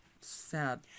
Sad